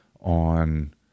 on